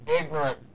ignorant